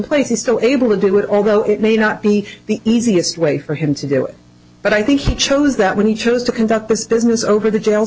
place is still able to do it although it may not be the easiest way for him to go but i think he chose that when he chose to conduct business over the